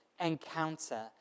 encounter